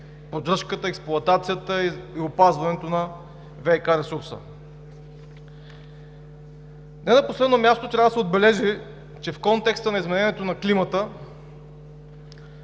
поддръжката, експлоатацията и опазването на ВиК ресурса. Не на последно място трябва да се отбележи, че в контекста на изменението на климата